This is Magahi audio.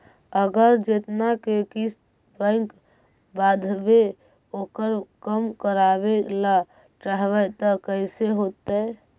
अगर जेतना के किस्त बैक बाँधबे ओकर कम करावे ल चाहबै तब कैसे होतै?